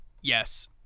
Yes